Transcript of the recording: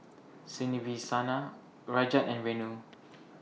Rajat and Renu